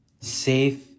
safe